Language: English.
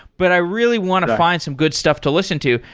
but i really want to find some good stuff to listen to.